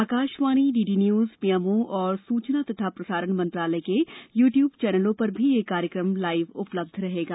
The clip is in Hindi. Akashvani D D news PMO और सूचना तथा प्रसारण मंत्रालय के यू ट्यूब चैनलों पर भी यह कार्यक्रम लाइव उपलब्ध रहेगा